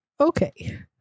Okay